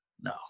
No